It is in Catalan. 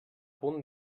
punt